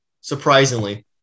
surprisingly